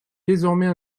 désormais